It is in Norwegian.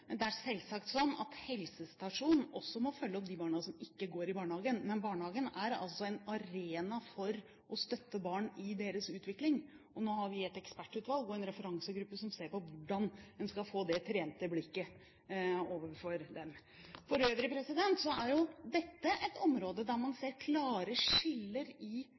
men barnehagen er altså en arena for å støtte barn i deres utvikling. Nå har vi et ekspertutvalg og en referansegruppe som ser på hvordan en skal få det trente blikket overfor dem. For øvrig er dette et område der man ser klare skiller i